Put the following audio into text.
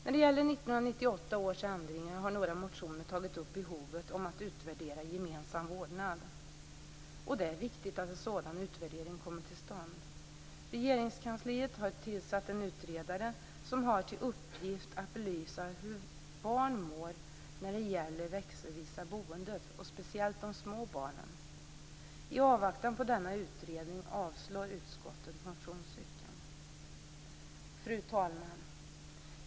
När det gäller 1998 års ändringar har några motioner tagit upp behovet av att utvärdera gemensam vårdnad. Det är viktigt att en sådan utvärdering kommer till stånd. Regeringskansliet har tillsatt en utredare som har till uppgift att belysa hur barn mår när det gäller det växelvisa boendet och speciellt de små barnen. I avvaktan på denna utredning avslår utskottet motionsyrkandet. Fru talman!